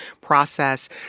process